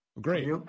Great